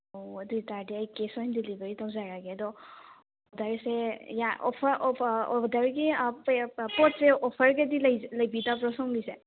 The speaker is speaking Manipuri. ꯑꯣ ꯑꯗꯨ ꯑꯣꯏꯇꯔꯗꯤ ꯑꯩ ꯀꯦꯁ ꯑꯣꯟ ꯗꯤꯂꯤꯕꯔꯤ ꯇꯧꯖꯔꯛꯑꯒꯦ ꯑꯗꯣ ꯒꯥꯔꯤꯁꯦ ꯑꯣꯗꯔꯒꯤ ꯄꯣꯠ ꯆꯩ ꯑꯣꯐꯔꯒꯗꯤ ꯂꯩꯕꯤꯗꯕ꯭ꯔꯣ ꯁꯣꯝꯒꯤꯁꯦ